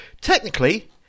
technically